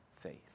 faith